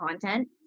content